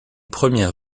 première